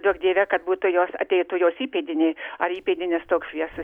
duok dieve kad būtų jos ateitų jos įpėdinė ar įpėdinis toks liesas